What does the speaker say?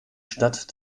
stadt